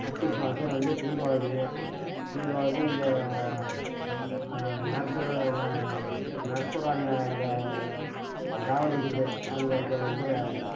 ஐப்பசி மாதம் வந்து தீபாவளி தான் தீபாவளி இந்த நரசு நரசுரன் சாகடிக்கிறது அந்த இது இதில்